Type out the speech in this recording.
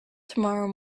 tomorrow